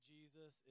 Jesus